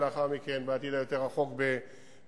ולאחר מכן בעתיד היותר רחוק בתל-אביב,